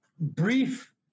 brief